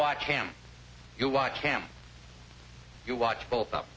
watch him you watch him you watch both up